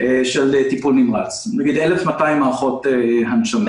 של טיפול נמרץ, כלומר 1,200 מערכות הנשמה.